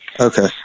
Okay